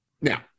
now